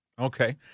Okay